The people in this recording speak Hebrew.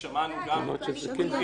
הגענו כבר כמעט לסוף,